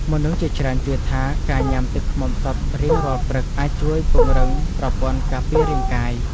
មនុស្សជាច្រើនជឿថា ការញ៉ាំទឹកឃ្មុំសុទ្ធរៀងរាល់ព្រឹកអាចជួយពង្រឹងប្រព័ន្ធការពាររាងកាយ។